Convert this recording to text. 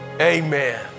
amen